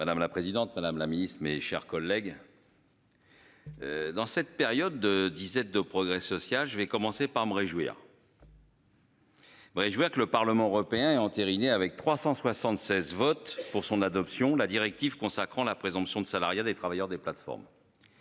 Madame la présidente Madame la Ministre, mes chers collègues. Dans cette période de disette de progrès social. Je vais commencer par me réjouir. Oui, je vois que le Parlement européen a entériné avec 376 votes pour son adoption la directive consacrant la présomption de salariat des travailleurs des plateformes.